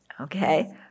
okay